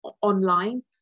online